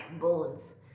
bones